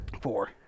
Four